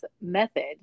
method